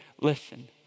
Listen